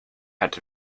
had